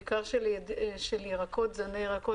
בעיקר של זני ירקות,